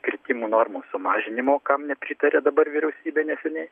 kirtimų normos sumažinimo kam nepritarė dabar vyriausybė neseniai